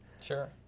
sure